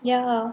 ya